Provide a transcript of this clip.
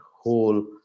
whole